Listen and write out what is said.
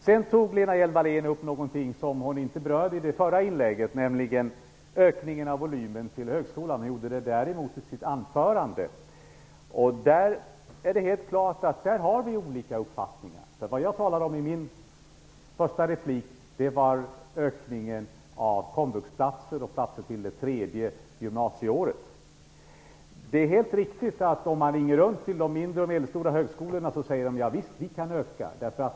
Lena Hjelm-Wallén tog upp en fråga som hon inte berörde i det förra inlägget, nämligen frågan om en ökad volym beträffande högskolan. Däremot togs den saken upp i Lena Hjelm-Walléns huvudanförande. Det är helt klart att vi på denna punkt har olika uppfattningar. Vad jag talade om i min första replik var ökningen av komvuxplatser och platser avseende det tredje gymnasieåret. Den som ringer runt till mindre och medelstora högskolor får mycket riktigt höra: Ja visst, vi kan öka.